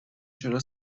چرا